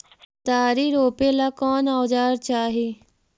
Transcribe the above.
केतारी रोपेला कौन औजर चाही?